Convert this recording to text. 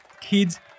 kids